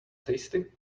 tasty